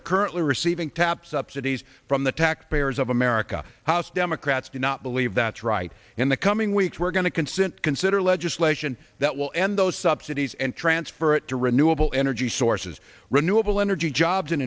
are currently receiving tap subsidies from the taxpayers of america house democrats do not believe that's right in the coming weeks we're going to consent to consider legislation that will end those subsidies and transfer it to renewable energy sources renewable energy jobs